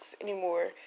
anymore